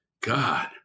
God